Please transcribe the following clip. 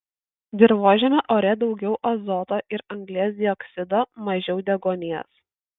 dirvožemio ore daugiau azoto ir anglies dioksido mažiau deguonies